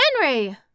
Henry